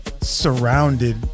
surrounded